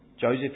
Joseph